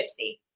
Gypsy